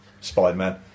Spider-Man